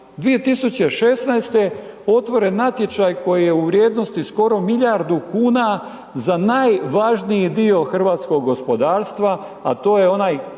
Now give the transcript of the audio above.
2016. otvoren natječaj koji je u vrijednosti skoro milijardu kuna za najvažniji dio hrvatskog gospodarstva, a to je onaj,